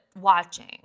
watching